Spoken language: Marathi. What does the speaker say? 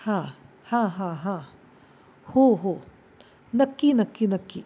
हां हां हां हां हो हो नक्की नक्की नक्की